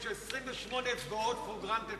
יש לו 28 אצבעות for granted פה.